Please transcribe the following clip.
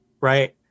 right